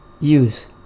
use